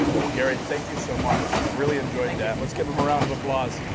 well gary, thank you so much. really enjoyed that. let's give him a round of applause.